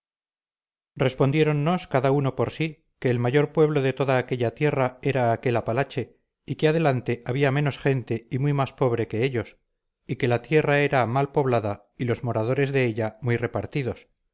respondiéronnos cada uno por sí que el mayor pueblo de toda aquella tierra era aquel apalache y que adelante había menos gente y muy más pobre que ellos y que la tierra era mal poblada y los moradores de ella muy repartidos